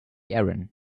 erin